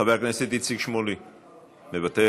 חבר הכנסת איציק שמולי מוותר,